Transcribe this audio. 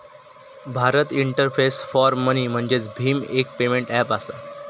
Bharat interface for money म्हणजेच भीम, एक पेमेंट ऐप असा